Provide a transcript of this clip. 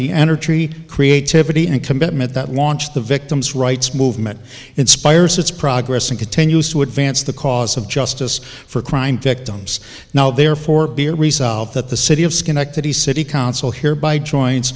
the energy creativity and commitment that launched the victims rights movement inspires its progress and continues to advance the cause of justice for crime victims therefore bill resolved that the city of schenectady city council hereby joints